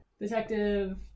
detective